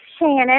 Shannon